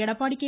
Edappadi K